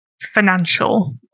financial